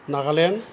Nagaland